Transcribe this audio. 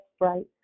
right